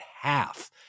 half